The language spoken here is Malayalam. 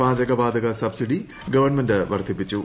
പാചകവാതക സബ്സിഡി ഗവൺമെന്റ് വർദ്ധിപ്പിച്ചു